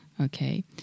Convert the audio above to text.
Okay